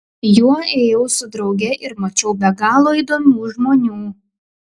juo ėjau su drauge ir mačiau be galo įdomių žmonių